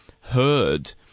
heard